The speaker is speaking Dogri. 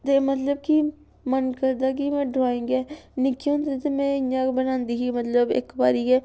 ते मतलब कि मन करदा कि में ड्राइंग गै निक्के होंदे ते में इ'यां गै बनांदी ही मतलब इक बारी गै